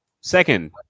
Second